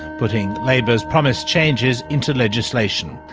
putting labor's promised changes into legislation.